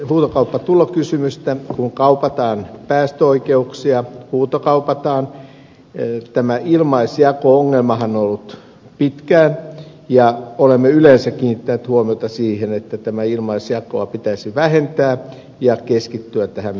kun huutokaupataan päästöoikeuksia tämä ilmaisjako ongelmahan on ollut pitkään ja olemme yleensä kiinnittäneet huomiota siihen että tätä ilmaisjakoa pitäisi vähentää ja keskittyä huutokauppaamiseen